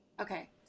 Okay